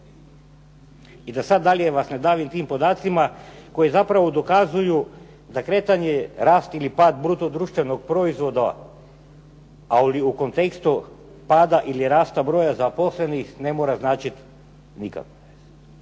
I da vas sada ne davim tim podacima koji zapravo dokazuju da kretanje, rast ili pad bruto društvenog proizvoda ali u kontekstu pada ili rasta broja zaposlenih ne mora značiti nikad.